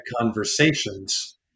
conversations